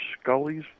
Scully's